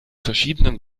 verschiedenen